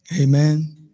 Amen